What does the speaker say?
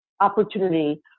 opportunity